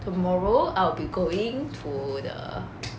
tomorrow I'll be going to the